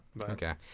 Okay